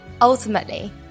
ultimately